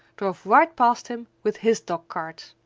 drove right past him with his dog cart!